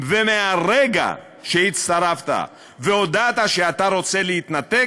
ומהרגע שהצטרפת, והודעת שאתה רוצה להתנתק,